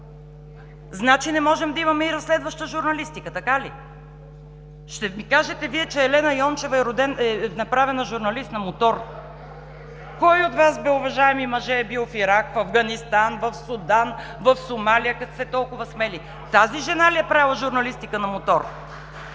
Значи не можем да имаме и разследваща журналистика, така ли? Ще ми кажете Вие, че Елена Йончева е направена журналист на мотор?! Кой от Вас, бе, уважаеми мъже, е бил в Ирак, в Афганистан, в Судан, в Сомалия, като сте толкова смели? Тази жена ли е правила журналистика на мотор?